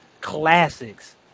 classics